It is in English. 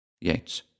Yates